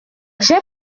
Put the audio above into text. j’ai